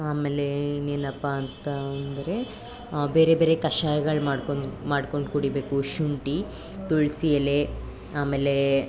ಆಮೇಲೆ ಇನ್ನೇನಪ್ಪಾ ಅಂತ ಅಂದರೆ ಬೇರೆ ಬೇರೆ ಕಷಾಯಗಳು ಮಾಡ್ಕೊಂಡು ಮಾಡ್ಕೊಂಡು ಕುಡಿಬೇಕು ಶುಂಠಿ ತುಳಸಿ ಎಲೆ ಆಮೇಲೆ